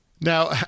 Now